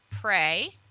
Pray